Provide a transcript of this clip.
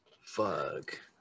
Fuck